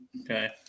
Okay